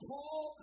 Paul